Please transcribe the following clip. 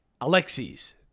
Alexis